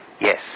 Yes